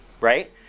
Right